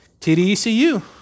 TDECU